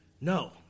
No